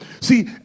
See